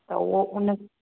त उहो उन